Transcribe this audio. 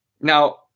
Now